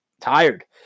tired